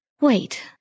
Wait